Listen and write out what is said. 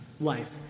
life